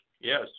yes